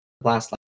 last